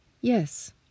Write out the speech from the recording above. yes